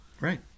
right